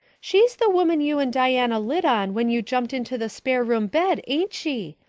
she's the woman you and diana lit on when you jumped into the spare room bed, ain't she?